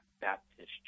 Baptist